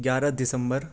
گیارہ دسمبر